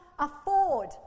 Afford